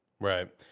Right